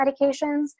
medications